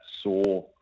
saw